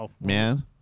Man